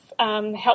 Help